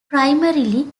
primarily